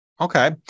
Okay